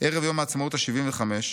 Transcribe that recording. "ערב יום העצמאות ה-75,